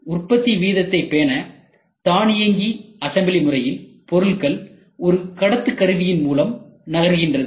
உற்பத்தி வீதத்தை பேன தானியங்கி அசெம்பிளி முறையில் பொருட்கள் ஒரு கடத்துக்கருவியின் மூலம் நகர்கின்றது